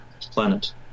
planet